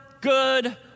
good